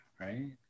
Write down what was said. right